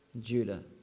Judah